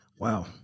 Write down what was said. Wow